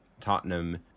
Tottenham